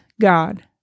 God